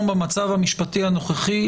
במצב המשפטי הנוכחי,